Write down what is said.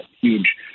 huge